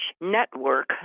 network